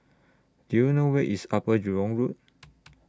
Do YOU know Where IS Upper Jurong Road